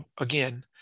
again